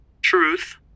Truth